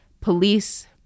Police